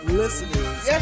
listeners